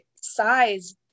size